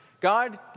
God